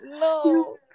No